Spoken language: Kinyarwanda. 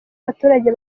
abaturage